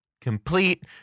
complete